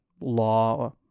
law